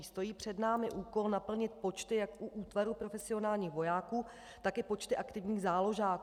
Stojí před námi úkol naplnit počty jak u útvaru profesionálních vojáků, tak i počty aktivních záložáků.